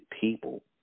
people